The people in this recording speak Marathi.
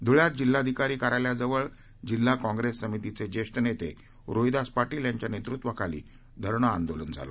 धुळ्यात जिल्हाधिकारी कार्यालयाजवळ जिल्हा काँग्रस्त समितीच िक्वानत्त जिहिदास पाटील यांच्या नक्विवाखाली धरणं आंदोलन झालं